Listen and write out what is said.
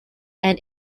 and